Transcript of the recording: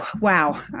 wow